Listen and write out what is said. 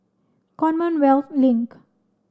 Commonwealth Link